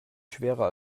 schwerer